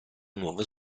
nuovo